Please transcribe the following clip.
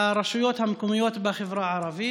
ברשויות המקומיות בחברה הערבית?